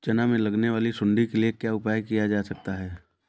चना में लगने वाली सुंडी के लिए क्या उपाय किया जा सकता है?